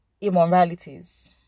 immoralities